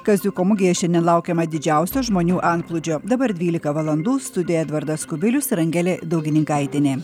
kaziuko mugėje šiandien laukiama didžiausio žmonių antplūdžio dabar dvylika valandų studij edvardas kubilius ir angelė daugininkaitienė